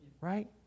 right